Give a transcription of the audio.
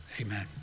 Amen